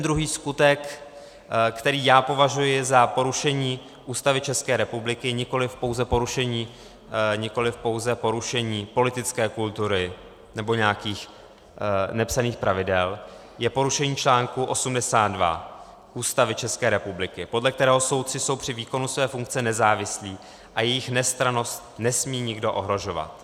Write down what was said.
Druhý skutek, který já považuji za porušení Ústavy České republiky, nikoliv pouze porušení politické kultury nebo nějakých nepsaných pravidel, je porušení článku 82 Ústavy České republiky, podle kterého soudci jsou při výkonu své funkce nezávislí a jejich nestrannost nesmí nikdo ohrožovat.